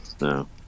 No